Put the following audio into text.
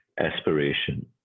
aspiration